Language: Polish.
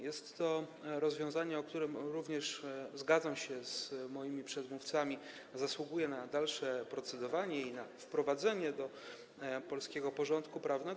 Jest to rozwiązanie, które również, zgadzam się z moimi przedmówcami, zasługuje na dalsze procedowanie i na wprowadzenie do polskiego porządku prawnego.